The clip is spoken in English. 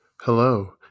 Hello